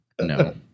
No